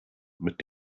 mit